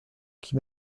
qui